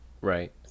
Right